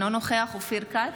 אינו נוכח אופיר כץ,